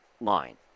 line